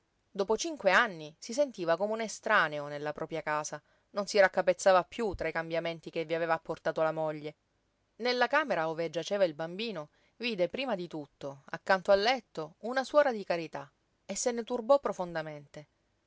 dopo cinque anni si sentiva come un estraneo nella propria casa non si raccapezzava piú tra i cambiamenti che vi aveva apportato la moglie nella camera ove giaceva il bambino vide prima di tutto accanto al letto una suora di carità e se ne turbò profondamente